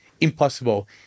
Impossible